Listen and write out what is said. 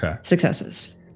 successes